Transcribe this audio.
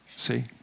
See